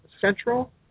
Central